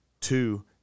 Two